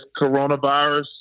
coronavirus